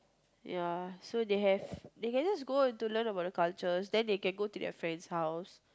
ya so they have they can just go in to learn about the cultures then they can go to their friend's house